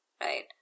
Right